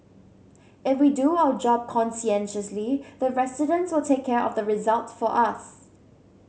if we do our job conscientiously the residents will take care of the result for us